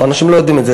אנשים לא יודעים את זה,